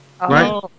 Right